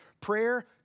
prayer